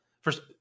First